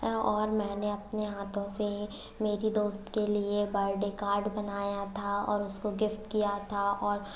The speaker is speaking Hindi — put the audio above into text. और मैंने अपने हाथों से मेरी दोस्त के लिए बर्डे कार्ड बनाया था और उसको गिफ्ट किया था और